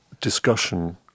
discussion